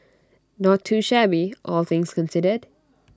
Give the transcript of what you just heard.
not too shabby all things considered